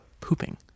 pooping